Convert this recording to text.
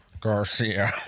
Garcia